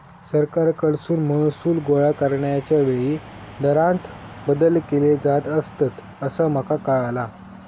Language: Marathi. सरकारकडसून महसूल गोळा करण्याच्या वेळी दरांत बदल केले जात असतंत, असा माका कळाला